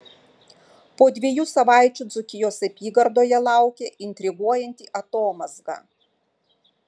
po dviejų savaičių dzūkijos apygardoje laukia intriguojanti atomazga